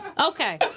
Okay